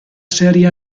serie